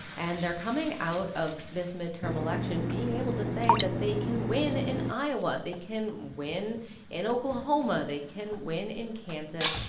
and they're coming out of this midterm election being able to say that they can win in iowa. they can win in oklahoma. they can win in kansas.